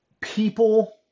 People